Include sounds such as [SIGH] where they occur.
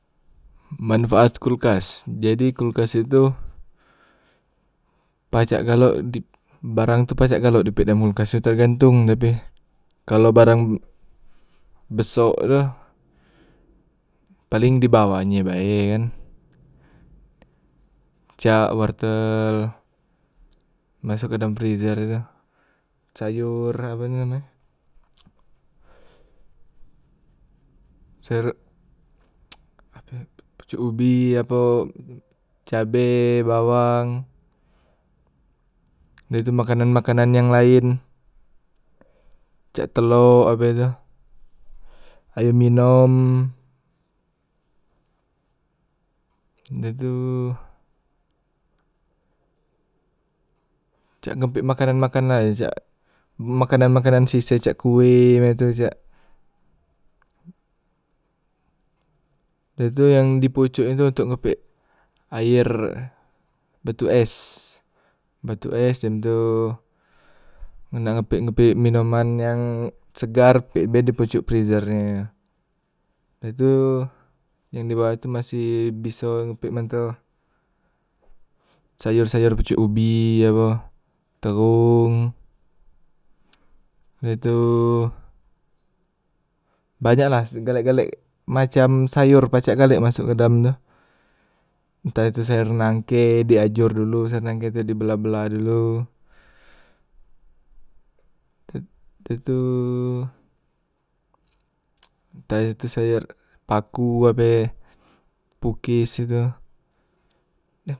Manfaat kulkas jadi kulkas itu, pacak galo dib barang tu pacak galok di pek dalam kulkas tu tergantung tapi kalo barang besok tu paleng dibawahnye bae e kan, cak wortel masok ke dalam prizer tu, sayor ape tu name e sayor [NOISE] ape e po pucok ubi apo cabe, bawang, dah tu makanan- makanan yang laen, cak telok ape tu ayo minom, dah tu cak ngepek makanan- makanan ae cak makanan- makanan sise cak kue be tu cak, dah tu yang di pucok e tu untok aer batu es batu es dem tu men nak ngepek- ngepek minoman yang segar pek be dipucok prizernya, dah tu yang dibawah tu masih biso ngepek man tu sayor- sayor pucok ubi apo, tehong, dah tu banyak lah segalek- galek macam sayor pacek galek masok ke dalam tu, ntah itu sayor nangke diajor dulu sayor nangke tu dibelah- belah dolo, da dah tu ntah itu sayor paku ape pukes e tu.